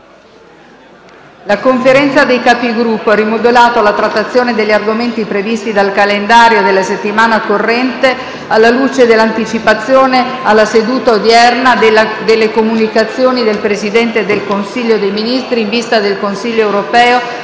La Conferenza dei Capigruppo ha rimodulato la trattazione degli argomenti previsti dal calendario della settimana corrente, alla luce dell'anticipazione alla seduta odierna delle comunicazioni del Presidente del Consiglio dei ministri in vista del Consiglio europeo